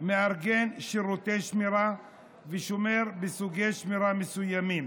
מארגן שירותי שמירה ושומר בסוגי שמירה מסוימים,